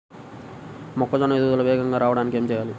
మొక్కజోన్న ఎదుగుదల వేగంగా రావడానికి ఏమి చెయ్యాలి?